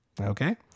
Okay